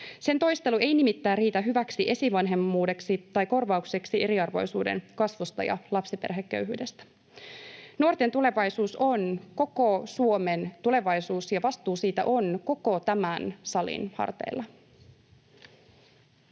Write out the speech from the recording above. Sen toistelu ei nimittäin riitä hyväksi esivanhemmuudeksi tai korvaukseksi eriarvoisuuden kasvusta ja lapsiperheköyhyydestä. Nuorten tulevaisuus on koko Suomen tulevaisuus ja vastuu siitä on koko tämän salin hartioilla.